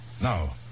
Now